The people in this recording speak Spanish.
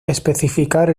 especificar